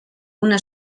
una